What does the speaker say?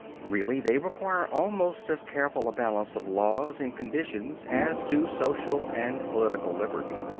really they require almost as careful a balance of laws and conditions as do social and political liberty.